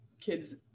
kids